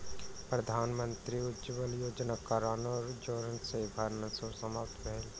प्रधानमंत्री उज्ज्वला योजनाक कारणेँ जारैन सॅ भानस समाप्त भेल